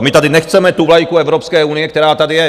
My tady nechceme tu vlajku Evropské unie, která tady je.